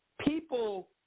people